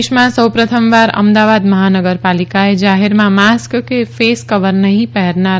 દેશમાં સૌ પ્રથમવાર અમદાવાદ મહાનગરપાલિકાએ જાહેરમાં માસ્ક કે ફેસકવર નહી પહેરનાર